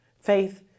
faith